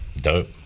Dope